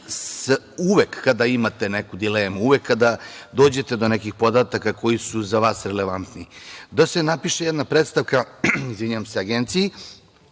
uvek kada imate neku dilemu, uvek kada dođete do nekih podataka koji su za vas relevantni, da se napiše jedna prestavka Agenciji